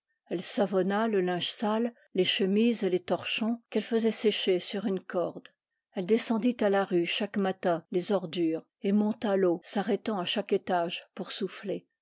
savonna le linge sale les chemises et les torchons qu'elle faisait sécher sur une corde elle descendit à la rue chaque matin les ordures et monta l'eau s'arrêtant à chaque étage pour souffler